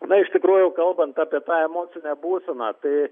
na iš tikrųjų kalbant apie tą emocinę būseną tai